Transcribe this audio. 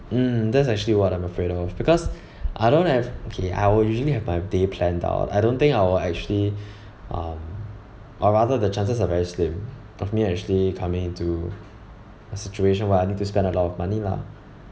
mm that's actually what I'm afraid of because I don't have okay I will usually have my day planned out I don't think I will actually um or rather the chances are very slim of me actually coming into a situation where I need to spend a lot of money lah